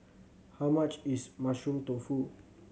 how much is Mushroom Tofu